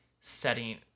setting